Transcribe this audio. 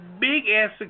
big-ass